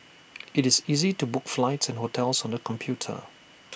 IT is easy to book flights and hotels on the computer